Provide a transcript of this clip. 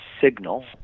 signal